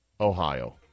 Ohio